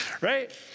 Right